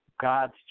God's